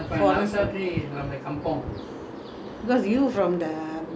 because you from the bukit timah area you know so many trees down there